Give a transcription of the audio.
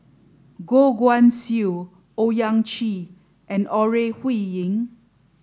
Goh Guan Siew Owyang Chi and Ore Huiying